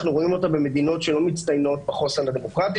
אנחנו רואים אותה במדינות שלא מצטיינות בחוסן הדמוקרטי